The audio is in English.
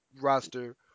roster